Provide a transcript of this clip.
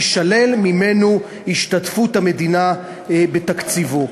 תישלל ממנו השתתפות המדינה בתקציבו.